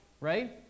right